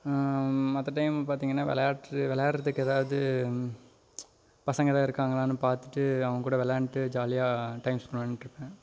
மற்ற டைம் பார்த்தீங்கன்னா விளாட்டு விளாட்றதுக்கு எதாவது பசங்களாம் இருக்காங்களான்னு பார்த்துட்டு அவங்கூட விளாண்ட்டு ஜாலியாக டைம் ஸ்பென்ட்ருப்பேன்